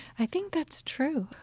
i think that's true.